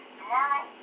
tomorrow